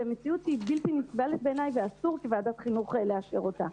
זו מציאות שהיא בלתי נסבלת בעיניי ואסור כוועדת חינוך לאשר אותה.